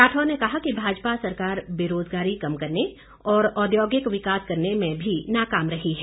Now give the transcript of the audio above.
राठौर ने कहा कि भाजपा सरकार बेरोजगारी कम करने और औद्योगिक विकास करने में भी नाकाम रही है